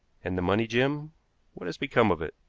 and the money, jim what has become of it?